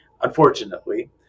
unfortunately